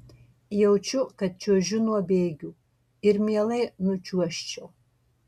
jaučiu kad čiuožiu nuo bėgių ir mielai nučiuožčiau